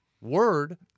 word